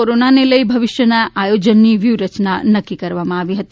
કોરોનાને લઈને ભવિષ્યના આયોજનની વ્યુહરચના નક્કી કરવામાં આવી હતી